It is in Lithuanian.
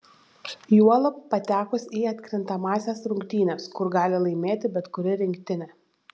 juolab patekus į atkrintamąsias rungtynes kur gali laimėti bet kuri rinktinė